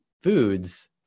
foods